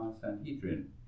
Sanhedrin